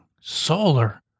Solar